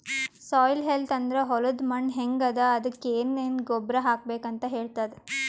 soil health ಅಂದ್ರ ಹೊಲದ್ ಮಣ್ಣ್ ಹೆಂಗ್ ಅದಾ ಅದಕ್ಕ್ ಏನೆನ್ ಗೊಬ್ಬರ್ ಹಾಕ್ಬೇಕ್ ಅಂತ್ ಹೇಳ್ತದ್